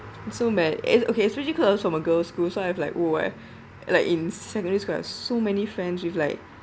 so man~ is okay especially close from a girls' school so I have like !woo! eh like in secondary school I have so many friends with like